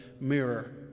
mirror